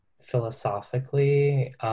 Philosophically